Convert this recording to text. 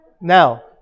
now